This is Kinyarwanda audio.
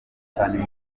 cyane